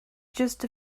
just